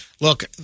look